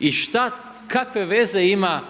I šta, kakve veze ima